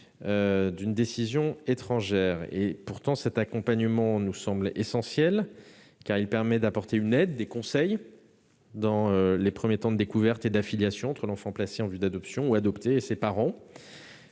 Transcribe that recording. d'une décision étrangère. Pourtant, cet accompagnement nous semble essentiel, car il permet d'apporter une aide, des conseils, dans les premiers temps de découverte et d'affiliation entre l'enfant placé en vue de l'adoption ou adopté et ses parents.